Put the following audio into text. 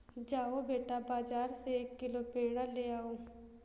जाओ बेटा, बाजार से एक किलो पेड़ा ले आओ